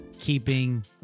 keeping